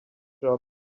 job